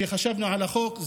כשחשבנו על החוק,